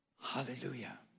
Hallelujah